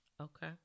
Okay